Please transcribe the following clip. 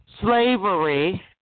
slavery